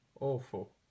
Awful